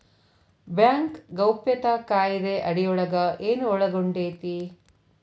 Bank ಗೌಪ್ಯತಾ ಕಾಯಿದೆ ಅಡಿಯೊಳಗ ಏನು ಒಳಗೊಂಡೇತಿ?